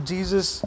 Jesus